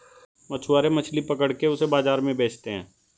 मछुआरे मछली पकड़ के उसे बाजार में बेचते है